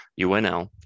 UNL